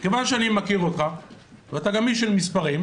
כיוון שאני מכיר אותך ואתה גם איש של מספרים,